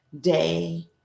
day